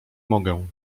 mogę